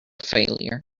failure